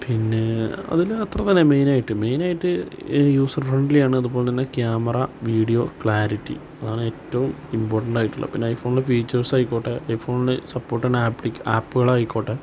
പിന്നെ അതില് അത്ര തന്നെ മെയിനായിട്ട് മെയിനായിട്ട് യൂസര് ഫ്രെണ്ട്ലിയാണ് അതുപോലെതന്നെ ക്യാമറ വീഡിയോ ക്ലാരിറ്റി അതാണ് ഏറ്റവും ഇമ്പോർട്ടൻറ്റായിട്ടുള്ളത് പിന്നെ ഐ ഫോണിന്റെ ഫീച്ചേഴ്സായിക്കോട്ടെ ഐ ഫോണില് സപ്പോര്ട്ടായ ആപ്പുകളായിക്കോട്ടെ